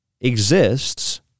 exists